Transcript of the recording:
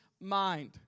mind